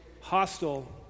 hostile